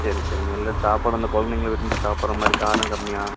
சரி சரிங்க இல்லை சாப்பாடு அந்த கொழந்தைங்க விரும்பி சாப்பிட்ற மாதிரி காரம் கம்மியாக